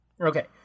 Okay